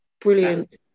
brilliant